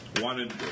wanted